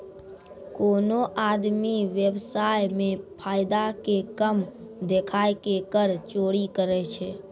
कोनो आदमी व्य्वसाय मे फायदा के कम देखाय के कर चोरी करै छै